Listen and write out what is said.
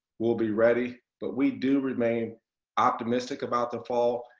we'll be ready. but we do remain optimistic about the fall.